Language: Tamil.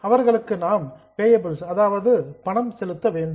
அவர்களுக்கு நாம் பேயபில்ஸ் பணம் செலுத்த வேண்டும்